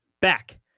back